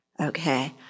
Okay